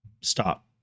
Stop